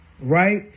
right